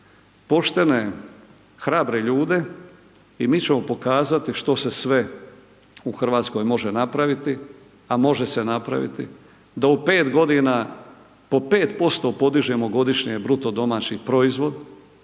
poštene, hrabre ljude, i mi ćemo pokazati što se sve u Hrvatskoj može napraviti, a može se napraviti, da u pet godina po 5% podižemo godišnje bruto domaći proizvod,